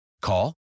Call